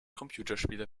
computerspiele